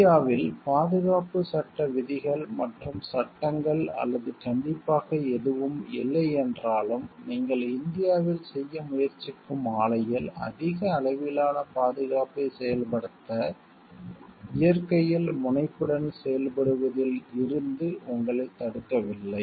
இந்தியாவில் பாதுகாப்புச் சட்ட விதிகள் மற்றும் சட்டங்கள் அல்லது கண்டிப்பாக எதுவும் இல்லையென்றாலும் நீங்கள் இந்தியாவில் செய்ய முயற்சிக்கும் ஆலையில் அதிக அளவிலான பாதுகாப்பைச் செயல்படுத்த இயற்கையில் முனைப்புடன் செயல்படுவதில் இருந்து உங்களைத் தடுக்கவில்லை